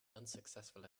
unsuccessful